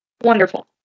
Wonderful